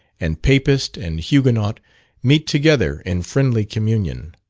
and papist and huguenot meet together in friendly communion.